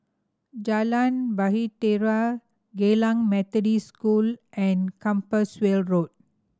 Jalan Bahtera Geylang Methodist School and Compassvale Road